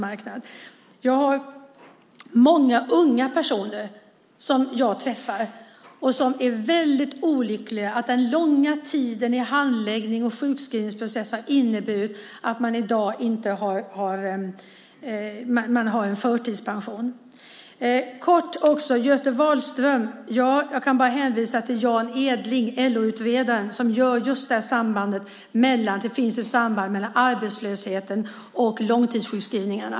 Jag träffar många unga personer som är väldigt olyckliga över att den långa tiden i handläggning och sjukskrivningsprocess har inneburit att man i dag har en förtidspension. Till Göte Wahlström vill jag också kort säga att jag hänvisar till Jan Edling, LO-utredaren, som ser just det här sambandet mellan arbetslöshet och långtidssjukskrivningar.